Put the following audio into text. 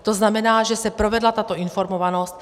To znamená, že se provedla tato informovanost.